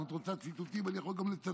אם את רוצה ציטוטים אני יכול גם לצטט: